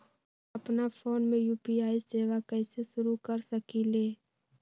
अपना फ़ोन मे यू.पी.आई सेवा कईसे शुरू कर सकीले?